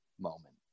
moment